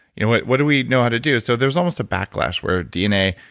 you know? what what do we know how to do? so, there's almost a backlash where dna,